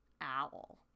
Owl